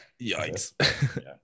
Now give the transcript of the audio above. Yikes